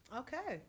okay